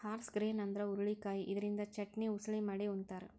horse grain ಅಂದ್ರ ಹುರಳಿಕಾಯಿ ಇದರಿಂದ ಚಟ್ನಿ, ಉಸಳಿ ಮಾಡಿ ಉಂತಾರ್